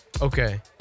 Okay